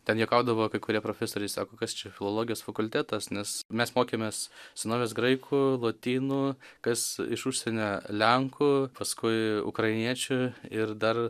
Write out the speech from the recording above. ten juokaudavo kai kurie profesoriai sako kas čia filologijos fakultetas nes mes mokėmės senovės graikų lotynų kas iš užsienio lenkų paskui ukrainiečių ir dar